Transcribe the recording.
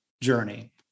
journey